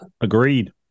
Agreed